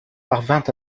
parvint